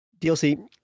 DLC